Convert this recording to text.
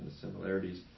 similarities